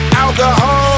alcohol